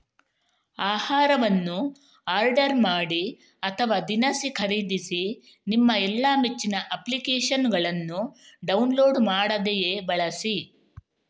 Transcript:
ಆಹಾರವನ್ನು ಆರ್ಡರ್ ಮಾಡಿ ಅಥವಾ ದಿನಸಿ ಖರೀದಿಸಿ ನಿಮ್ಮ ಎಲ್ಲಾ ಮೆಚ್ಚಿನ ಅಪ್ಲಿಕೇಶನ್ನುಗಳನ್ನು ಡೌನ್ಲೋಡ್ ಮಾಡದೆಯೇ ಬಳಸಿ